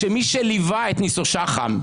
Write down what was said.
כשמי שליווה את ניסו שחם,